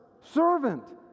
servant